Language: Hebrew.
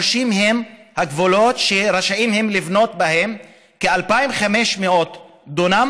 הגבולות שהם רשאים לבנות בהם, כ-2,500 דונם.